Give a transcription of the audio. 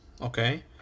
okay